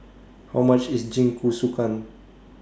How much IS Jingisukan